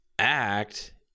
Act